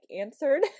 answered